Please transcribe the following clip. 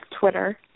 Twitter